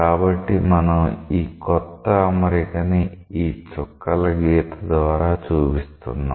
కాబట్టి మనం ఈ కొత్త అమరిక ని ఈ చుక్కల గీత ద్వారా చూపిస్తున్నాం